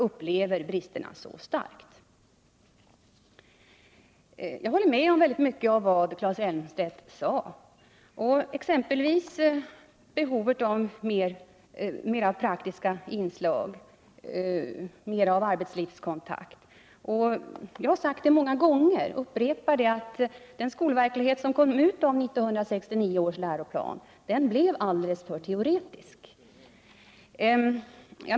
Jag instämmer i väldigt mycket av vad Claes Elmstedt sade, exempelvis om behovet av mer praktiska inslag och arbetslivskontakt. Jag har många gånger förklarat — och upprepar det nu —-att den skolverklighet som kom ut av 1969 års läroplan blev alldeles för teoretisk.